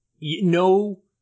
No